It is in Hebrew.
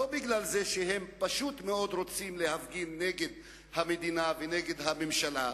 לא בגלל שהם פשוט מאוד רוצים להפגין נגד המדינה ונגד הממשלה,